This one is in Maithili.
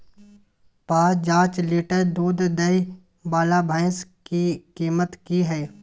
प जॉंच लीटर दूध दैय वाला भैंस के कीमत की हय?